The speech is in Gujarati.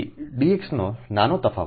તેથી dx નો નાનો તફાવત